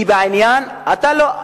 הדרוזים הם לא ערבים.